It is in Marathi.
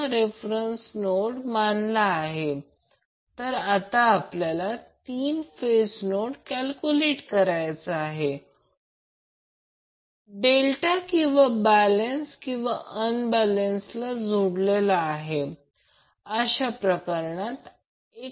त्याचप्रमाणे समीकरण 2 मधून समीकरण 1 वजा केल्यास म्हणजेच समीकरण 2 समीकरण 1 P2 P1 VL IL sin मिळेल किंवा जर दोन्ही बाजूंना √ 3 ने गुणाकार केला तर √3VL IL sin √ 3